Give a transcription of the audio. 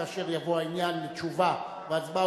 כאשר יבוא העניין לתשובה והצבעה,